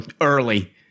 early